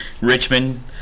richmond